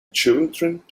children